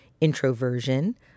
introversion